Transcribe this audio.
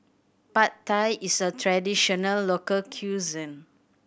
Pad Thai is a traditional local cuisine